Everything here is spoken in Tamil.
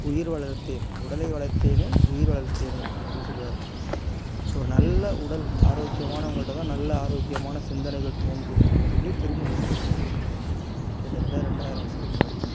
உயிர் வளர்த்தேன் உடலை வளர்த்தேனே உயிர் வளர்த்தேனே அப்படின்னு சொல்லுவார் ஒரு நல்ல உடல் ஆரோக்கியமானவங்கள்ட்ட தான் நல்ல ஆரோக்கியமான சிந்தனைகள் தோன்றும் அப்படின்னு சொல்லி திருமூலர் சொல்லியிருக்கார் கிட்டத்தட்டே ரெண்டாயிரம் வருஷத்துக்கு முன்னாடியே